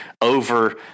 over